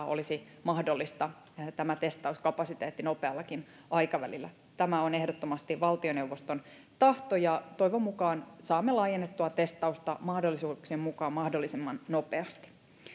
olisi mahdollista jopa kolminkertaistaa tämä testauskapasiteetti nopeallakin aikavälillä tämä on ehdottomasti valtioneuvoston tahto ja toivon mukaan saamme laajennettua testausta mahdollisuuksien mukaan mahdollisimman nopeasti